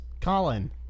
Colin